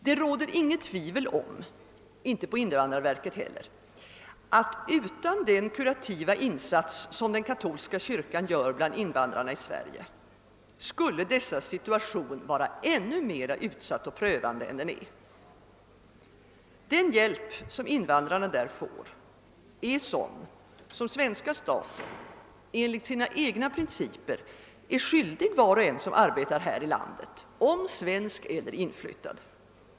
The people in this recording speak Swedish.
Det råder inget tvivel om — inte heller i invandrarverket — att utan den kurativa insats som den katolska kyrkan gör bland invandrarna i Sverige, skulle de invandrades situation vara ännu mera utsatt och prövande än den nu är. Den hjälp som invandrarna får är sådan som svenska staten enligt sina egna principer är skyldig var och en som arbetar i vårt land, vare sig svensk eller inflyttad.